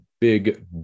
big